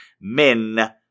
men